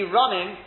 running